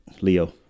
Leo